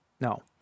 no